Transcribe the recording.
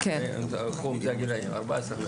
החום זה הגילאים 15-14,